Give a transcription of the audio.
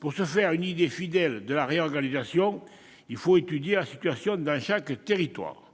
Pour se faire une idée fidèle de la réorganisation, il faut étudier la situation dans chaque territoire.